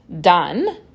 done